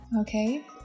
Okay